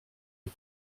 les